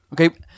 Okay